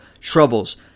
troubles